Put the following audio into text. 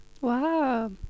Wow